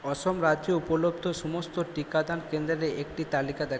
অসম রাজ্য উপলব্ধ সমস্ত টিকাদান কেন্দ্রে একটি তালিকা দেখ